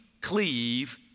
cleave